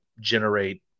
generate